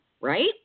right